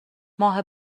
ماه